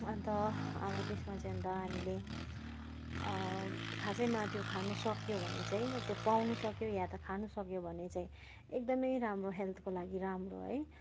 अन्त अब त्यसमा चाहिँ अन्त हामीले खासैमा त्यो खानुसक्यो भने चाहिँ त्यो पाउनुसक्यो या त खानुसक्यो भने चाहिँ एकदमै राम्रो हेल्थको लागि राम्रो है